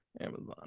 Amazon